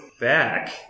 back